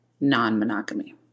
non-monogamy